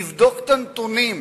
תבדוק את הנתונים.